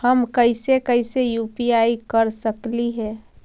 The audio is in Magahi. हम कैसे कैसे यु.पी.आई कर सकली हे?